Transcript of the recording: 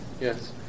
Yes